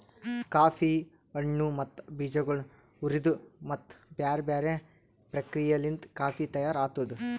coffee ಹಣ್ಣು ಮತ್ತ ಬೀಜಗೊಳ್ ಹುರಿದು ಮತ್ತ ಬ್ಯಾರೆ ಬ್ಯಾರೆ ಪ್ರಕ್ರಿಯೆಲಿಂತ್ ಕಾಫಿ ತೈಯಾರ್ ಆತ್ತುದ್